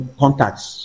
contacts